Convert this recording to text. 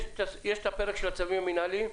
יש פרק של צווים מינהליים?